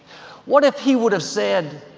what if he would've said,